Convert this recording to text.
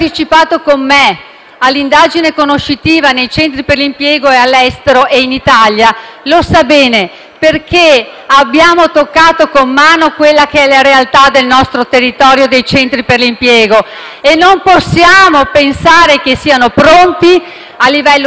all'indagine conoscitiva nei centri per l'impiego all'estero e in Italia lo sa bene, perché abbiamo toccato con mano la realtà dei centri per l'impiego del nostro territorio e non possiamo pensare che siano pronti a livello di strutture,